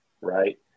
right